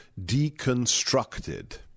deconstructed